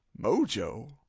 Mojo